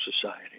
Society